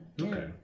Okay